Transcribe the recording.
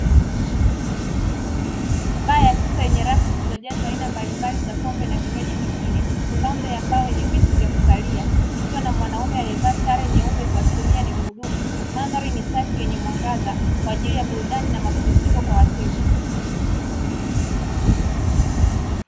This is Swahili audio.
Baa ya kisasa yenye rafu zilizojazwa aina mbalimbali za pombe na vinywaji vingine, kaunta ya mbao yenye viti vya kukalia ikiwa na mwanaume aliyevaa sare nyeupe kuashiria ni mhudumu. Madhari ni safi yenye mwangaza kwa ajili ya burudani na mapumziko kwa wateja.